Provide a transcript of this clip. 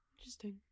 Interesting